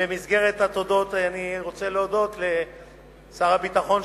במסגרת התודות אני רוצה להודות לשר הביטחון,